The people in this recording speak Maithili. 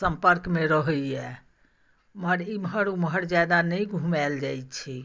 सम्पर्कमे रहैए इम्हर एम्हर ओम्हर जादा नहि घुमायल जाइ छै